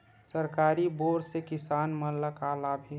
सरकारी बोर से किसान मन ला का लाभ हे?